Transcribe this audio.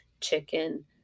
chicken